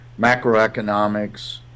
macroeconomics